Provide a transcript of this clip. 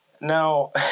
Now